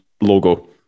logo